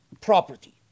property